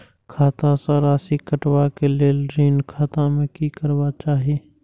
खाता स राशि कटवा कै लेल ऋण खाता में की करवा चाही?